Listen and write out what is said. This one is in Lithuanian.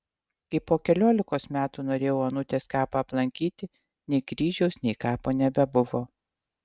kai po keliolikos metų norėjau onutės kapą aplankyti nei kryžiaus nei kapo nebebuvo